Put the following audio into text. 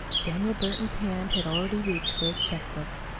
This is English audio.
daniel burton's hand had already reached for his check-book.